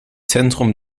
zentrum